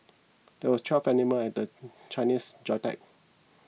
there are twelve animal in the Chinese zodiac